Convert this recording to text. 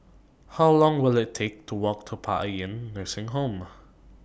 How Long Will IT Take to Walk to Paean Nursing Home